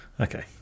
Okay